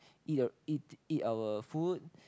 eat a eat our food